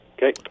Okay